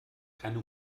keine